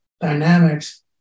dynamics